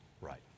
right